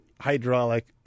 hydraulic